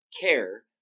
care